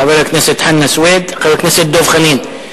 חבר הכנסת חנא סוייד וחבר הכנסת דב חנין.